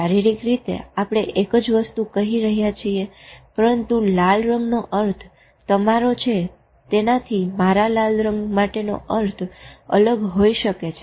શારીરિક રીતે આપણે એક જ વસ્તુ કહી રહ્યા છીએ પરંતુ લાલ રંગનો અર્થ તમરો છે તેનાથી મારો લાલ રંગ માટે નો અર્થ અલગ હોય શકે છે